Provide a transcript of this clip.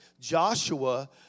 Joshua